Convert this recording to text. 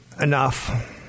enough